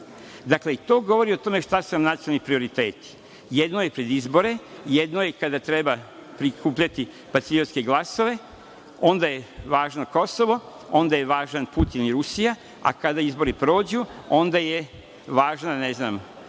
To govori o tome šta su nacionalni prioriteti. Jedno je pred izbore, jedno je kada treba prikupljati patriotske glasove, onda je važno Kosovo, onda su važni Putin i Rusija, a kada izbori prođu onda je važan